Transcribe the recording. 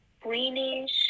greenish